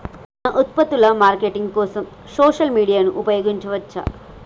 మన ఉత్పత్తుల మార్కెటింగ్ కోసం సోషల్ మీడియాను ఉపయోగించవచ్చా?